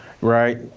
right